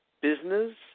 business